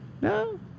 No